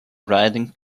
rising